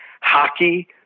hockey